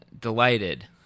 delighted